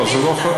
לא.